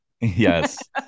Yes